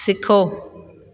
सिखो